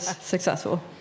successful